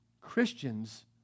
Christians